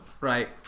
Right